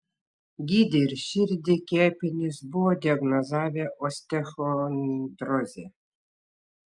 gydė ir širdį kepenis buvo diagnozavę osteochondrozę